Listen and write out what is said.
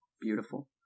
Beautiful